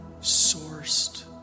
sourced